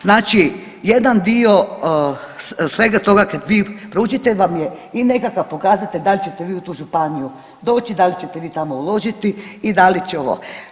Znači jedan dio svega toga kada vi proučite vam je i nekakav pokazatelj da li ćete vi u tu županiju doći, da li ćete vi tamo uložiti i da li će ovo.